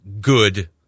good